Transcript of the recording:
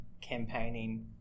campaigning